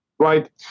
Right